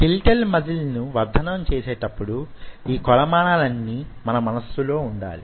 skeletal muscle ను వర్థనం చేసేటప్పుడు యీ కొలమానాలన్నీ మన మనస్సులో వుండాలి